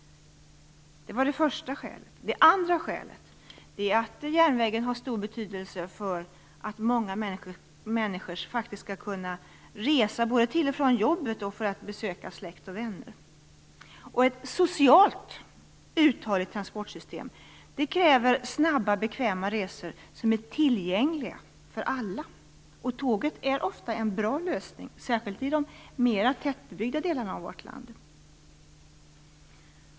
Det var det första skälet. För det andra har järnvägen stor betydelse för att många människor skall kunna resa, både till och från jobbet och för att besöka släkt och vänner. Ett social uthålligt transportsystem kräver snabba, bekväma resor som är tillgängliga för alla. Tåget är ofta en bra lösning, särskilt i de mer tättbebyggda delarna av vårt land.